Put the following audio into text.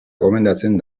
gomendatzen